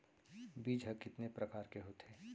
बीज ह कितने प्रकार के होथे?